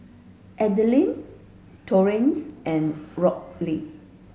Adelia Torrence and Robley